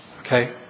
Okay